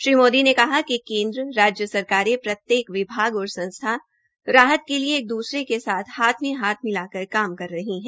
श्री मोदी ने कहा कि केन्द्र राज्य सरकारें प्रत्येक विभाग और संस्था राहत के लिए एक दूसरे से साथ हाथ मे हाथ मिलाकर काम कर रही है